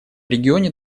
регионе